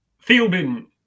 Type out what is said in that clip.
fielding